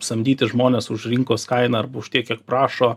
samdyti žmones už rinkos kainą arba už tiek kiek prašo